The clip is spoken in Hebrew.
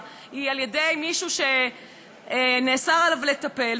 אז בעצם חוות הדעת שכרגע נמסרה היא על-ידי מישהו שנאסר עליו לטפל,